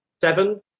seven